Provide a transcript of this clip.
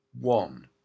one